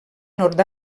nord